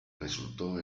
resultó